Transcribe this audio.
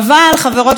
חברות וחברים,